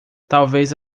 talvez